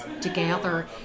together